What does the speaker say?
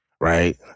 right